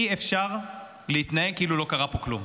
אי-אפשר להתנהג כאילו לא קרה פה כלום.